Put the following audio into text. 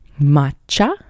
matcha